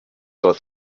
dort